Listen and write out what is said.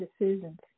decisions